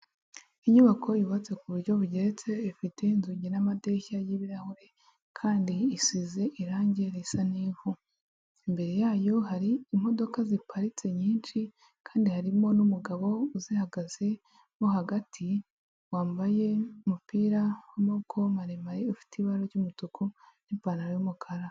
Inyubako yubatse ku buryo bugeretse, ifite inzugi n'amadirishya y'ibirahure kandi isize irangi risa n'ivu, imbere yayo hari imodoka ziparitse nyinshi kandi harimo n'umugabo uzihagaze mo hagati, wambaye umupira w'amaboko maremare ufite ibara ry'umutuku n'ipantaro y'umukara.